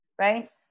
right